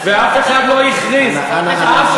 ואף אחד לא הכריז מלחמה.